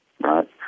right